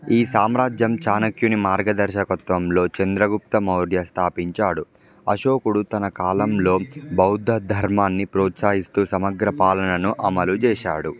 ఈ సామ్రాజ్యం చాణక్యుని మార్గదర్శకత్వంలో చంద్రగుప్త మౌర్య స్థాపించాడు అశోకుడు తన కాలంలో బౌద్ధ ధర్మాన్ని ప్రోత్సహిస్తూ సమగ్ర పాలనను అమలు చేశాడు